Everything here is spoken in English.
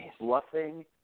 bluffing